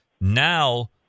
Now